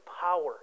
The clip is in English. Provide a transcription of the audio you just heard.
power